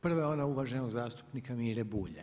Prva je ona uvaženog zastupnika Mire Bulja.